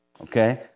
Okay